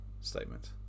statement